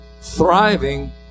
thriving